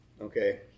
Okay